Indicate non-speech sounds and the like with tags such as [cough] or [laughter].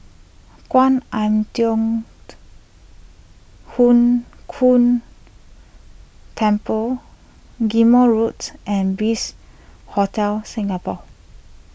Kwan Im Thong [unintelligible] Hood [unintelligible] Temple Ghim Moh Roads and Bliss Hotel Singapore